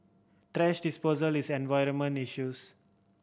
disposal is an environmental issues